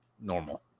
normal